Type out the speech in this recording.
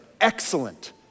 excellent